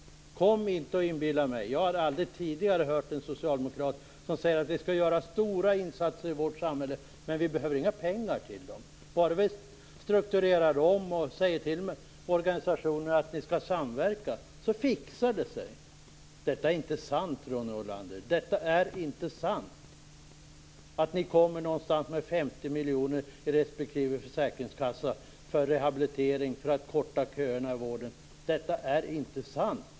Jag har aldrig tidigare hört en socialdemokrat säga: Vi skall göra stora insatser i vårt samhälle, men vi behöver inga pengar till dem. Bara vi strukturerar om och säger till organisationerna att de skall samverka fixar det sig. Detta är inte sant, Ronny Olander. Det är inte sant att ni kommer någonstans med 50 miljoner i respektive försäkringskassa för rehabilitering för att korta köerna i vården.